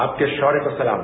आपके शौर्य को सलाम